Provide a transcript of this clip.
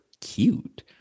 cute